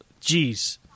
Jeez